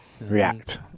react